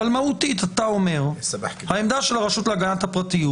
אבל מהותית אתה אומר שהעמדה של הרשות להגנת הפרטיות